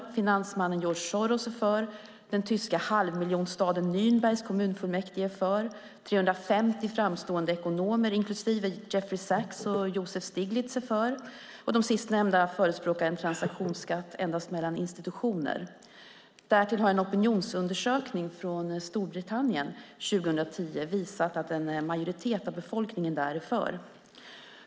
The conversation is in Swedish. Även finansmannen George Soros är för, den tyska halvmiljonstaden Nürnbergs kommunfullmäktige är för, 350 framstående ekonomer inklusive Jeffrey Sachs och Joseph Stiglitz är för, och de sistnämnda förespråkar en transaktionsskatt endast mellan institutioner. Därtill har en opinionsundersökning från Storbritannien 2010 visat att en majoritet av befolkningen där är för.